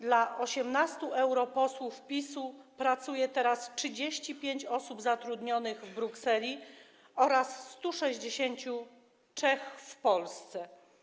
Dla 18 europosłów PiS-u pracuje teraz 35 osób zatrudnionych w Brukseli oraz 163 osoby w Polsce.